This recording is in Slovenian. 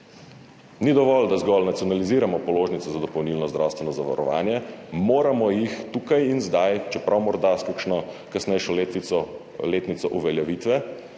Ni dovolj, da zgolj nacionaliziramo položnice za dopolnilno zdravstveno zavarovanje, moramo jih tukaj in zdaj, čeprav morda s kakšno kasnejšo letnico uveljavitve,